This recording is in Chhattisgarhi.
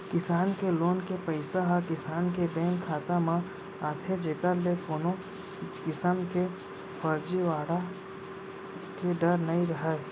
किसान के लोन के पइसा ह किसान के बेंक खाता म आथे जेकर ले कोनो किसम के फरजीवाड़ा के डर नइ रहय